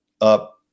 up